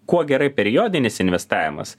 kuo gerai periodinis investavimas